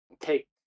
take